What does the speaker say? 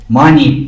money